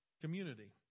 community